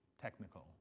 Technical